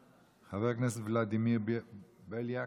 חבר הכנסת ולדימיר בליאק, בבקשה.